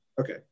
okay